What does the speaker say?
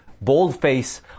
boldface